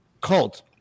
cult